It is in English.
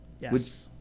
Yes